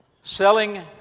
selling